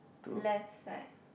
left side